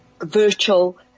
Virtual